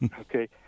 Okay